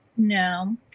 No